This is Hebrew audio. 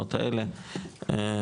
הפתרונות האלה במקביל.